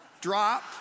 drop